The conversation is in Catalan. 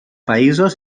països